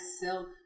silk